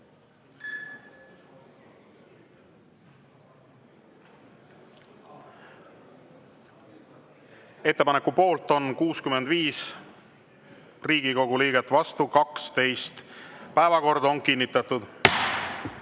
Ettepaneku poolt on 65 Riigikogu liiget, vastu 12. Päevakord on kinnitatud.